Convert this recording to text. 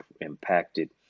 impacted